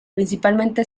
principalmente